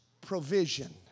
provision